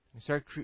Start